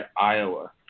Iowa